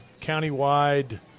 countywide